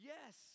Yes